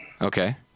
Okay